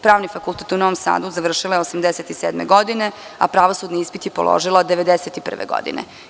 Pravni fakultet u Novom Sadu završila je 1987. godine, a pravosudni ispit je položila 1991. godine.